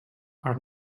are